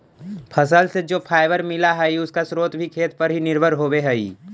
फल से जो फाइबर मिला हई, उसका स्रोत भी खेत पर ही निर्भर होवे हई